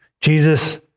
Jesus